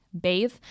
bathe